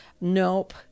Nope